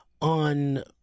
on